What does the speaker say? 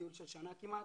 טיול של שנה כמעט.